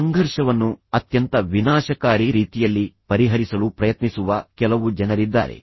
ಸಂಘರ್ಷವನ್ನು ಅತ್ಯಂತ ವಿನಾಶಕಾರಿ ರೀತಿಯಲ್ಲಿ ಪರಿಹರಿಸಲು ಪ್ರಯತ್ನಿಸುವ ಕೆಲವು ಜನರಿದ್ದಾರೆ